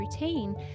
routine